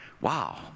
wow